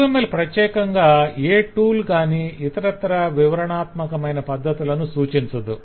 UML ప్రత్యేకంగా ఏ tool గాని ఇతరత్రా వివరణాత్మకమైన పద్ధతులను సూచించదు